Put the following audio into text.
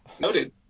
Noted